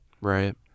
Right